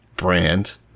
brand